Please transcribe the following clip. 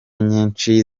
nyinshi